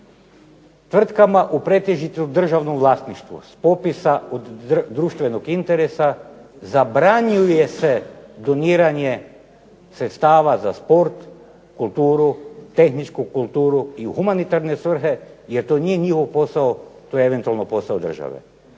tvrtkama u pretežito državnom vlasništvu s popisa od društvenog interesa zabranjuje se doniranje sredstava za sport, kulturu, tehničku kulturu i u humanitarne svrhe, jer to nije njihov posao. To je eventualno posao države,